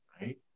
right